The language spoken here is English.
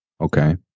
okay